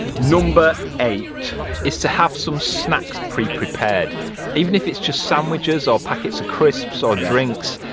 number eight is to have some snacks pre-prepared even if it's just sandwiches or packets of crisps or drinks,